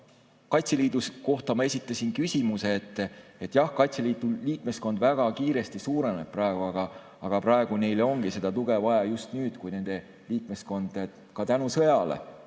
Kaitseliidu kohta ma esitasin küsimuse, et jah, Kaitseliidu liikmeskond väga kiiresti suureneb praegu, aga neile ongi seda tuge vaja just nüüd, kui nende liikmeskond sõja tõttu, sõja mõju